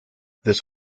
this